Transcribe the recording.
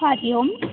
हरिः ओम्